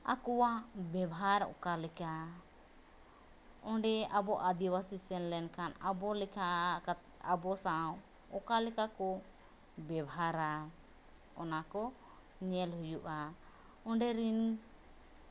ᱟᱠᱚᱣᱟᱜ ᱵᱮᱣᱦᱟᱨ ᱚᱠᱟᱞᱮᱠᱟ ᱚᱸᱰᱮ ᱟᱵᱚ ᱟᱫᱤᱵᱟᱥᱤ ᱥᱮᱱᱞᱮᱱ ᱠᱷᱟᱱ ᱟᱵᱚᱞᱮᱠᱟ ᱟᱵᱚ ᱥᱟᱶ ᱚᱠᱟᱞᱮᱠᱟᱠᱚ ᱵᱮᱣᱦᱟᱨᱟ ᱚᱱᱟᱠᱚ ᱧᱮᱞ ᱦᱩᱭᱩᱜᱼᱟ ᱚᱸᱰᱮᱨᱤᱱ